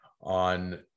on